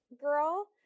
girl